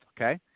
Okay